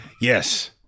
Yes